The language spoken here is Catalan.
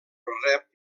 rep